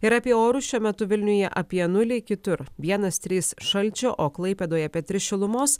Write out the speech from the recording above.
ir apie orus šiuo metu vilniuje apie nulį kitur vienas trys šalčio o klaipėdoje apie tris šilumos